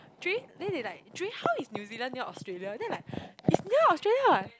Jay then they like Jay how is New-Zealand near Australia then I'm like it's near Australia